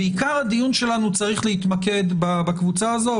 ועיקר הדיון שלנו צריך להתמקד בקבוצה הזו,